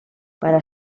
para